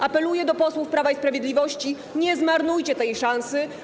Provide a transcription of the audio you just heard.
Apeluję do posłów Prawa i Sprawiedliwości: nie zmarnujcie tej szansy.